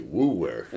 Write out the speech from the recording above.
woo-wear